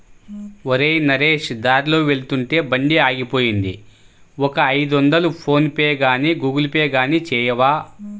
ఒరేయ్ నరేష్ దారిలో వెళ్తుంటే బండి ఆగిపోయింది ఒక ఐదొందలు ఫోన్ పేగానీ గూగుల్ పే గానీ చేయవా